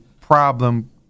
problem